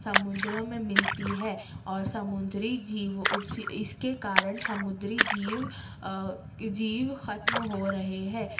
سمندروں میں ملتی ہے اور سمندری جیو اس کے کارن سمندری جیو ختم ہو رہے ہیں